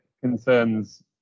concerns